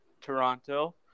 Toronto